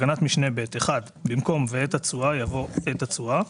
בתקנת משנה (ב) (1) במקום "ואת התשואה" יבוא "את התשואה".